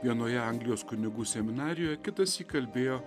vienoje anglijos kunigų seminarijoje kitąsyk įkalbėjo